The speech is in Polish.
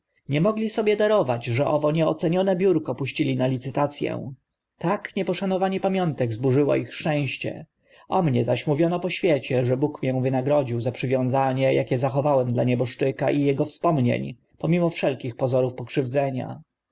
nie mogli sobie darować że owo nieocenione biurko puścili na licytac ę tak nieposzanowanie pamiątek zburzyło ich szczęście o mnie zaś mówiono po świecie że bóg mię wynagrodził za przywiązanie akie zachowałem dla nieboszczyka i ego wspomnień pomimo wszelkich pozorów pokrzywdzenia